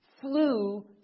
flew